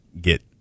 get